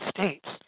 States